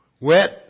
wet